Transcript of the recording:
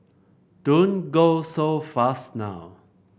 don't go so fast now